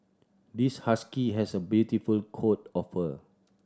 this husky has a beautiful coat of fur